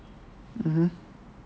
mmhmm